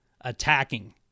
attacking